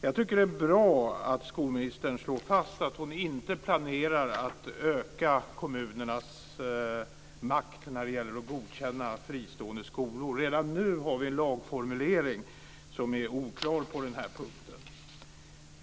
Jag tycker att det är bra att skolministern slår fast att hon inte planerar att öka kommunernas makt när det gäller att godkänna fristående skolor. Redan nu har vi en lagformulering som är oklar på den här punkten.